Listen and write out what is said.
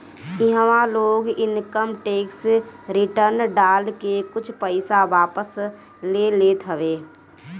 इहवा लोग income tax return डाल के कुछ पईसा वापस ले लेत हवे